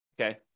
okay